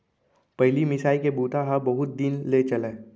पहिली मिसाई के बूता ह बहुत दिन ले चलय